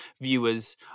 viewers